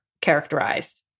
characterized